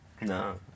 No